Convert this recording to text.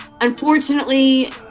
unfortunately